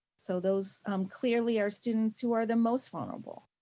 so those clearly are students who are the most vulnerable.